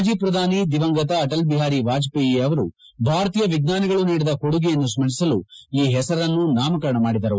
ಮಾಜಿ ಪ್ರಧಾನಿ ದಿವಂಗತ ಅಟಲ್ ಬಿಹಾರಿ ವಾಜವೇಯ ಅವರು ಭಾರತೀಯ ವಿಜ್ಞಾನಿಗಳು ನೀಡಿದ ಕೊಡುಗೆಗಳನ್ನು ಸ್ನರಿಸಲು ಈ ಪೆಸರನ್ನು ನಾಮಕರಣ ಮಾಡಿದರು